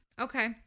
Okay